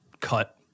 cut